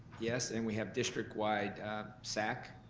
yes. and we have district-wide sac